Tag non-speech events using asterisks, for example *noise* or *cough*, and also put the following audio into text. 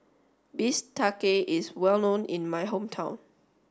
*unintelligible* is well known in my hometown